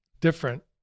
different